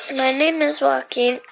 my name is joaquin.